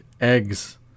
Eggs